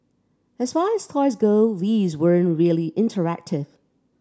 as far as toys go these weren't really interactive